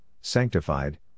sanctified